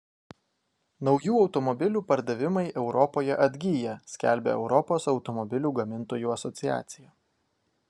naujų automobilių pardavimai europoje atgyja skelbia europos automobilių gamintojų asociacija